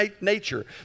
nature